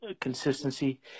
consistency